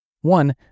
One